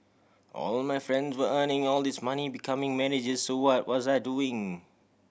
all my friends were earning all this money becoming manager so what was I doing